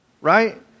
right